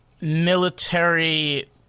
military